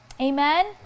Amen